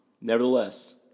Nevertheless